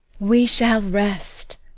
we shall rest.